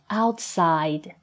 outside